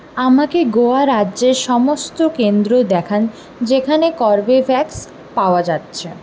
আমাকে গোয়া রাজ্যের সমস্ত কেন্দ্র দেখান যেখানে কর্বেভ্যাক্স পাওয়া যাচ্ছে